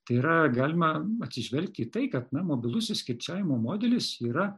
tai yra galime atsižvelgti į tai kad na mobilusis kirčiavimo modelis yra